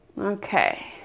Okay